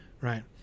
right